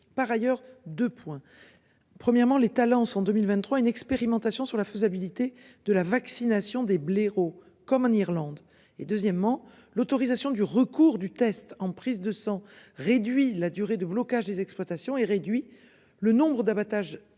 Par ailleurs, 2 points. Premièrement, les talents sont 2023 une expérimentation sur la faisabilité de la vaccination des blaireaux comme en Irlande et deuxièmement l'autorisation du recours du test en prise de sang, réduit la durée de blocage des exploitations et réduit le nombre d'abattages diagnostic